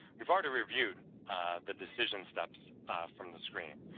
we've already reviewed the decision steps from the screen.